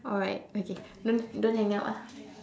alright okay don't don't hang up ah